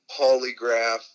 polygraph